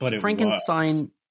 Frankenstein